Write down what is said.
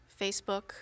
Facebook